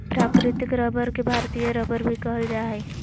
प्राकृतिक रबर के भारतीय रबर भी कहल जा हइ